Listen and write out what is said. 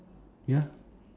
ya